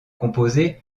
composé